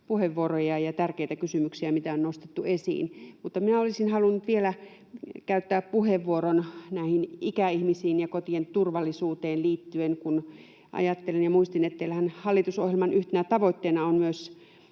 puheenvuoroja ja tärkeitä kysymyksiä, mitä on nostettu esiin. Mutta minä olisin halunnut vielä käyttää puheenvuoron näihin ikäihmisiin ja kotien turvallisuuteen liittyen, kun muistin, että teillähän hallitusohjelman yhtenä tavoitteena on myös